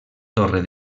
torre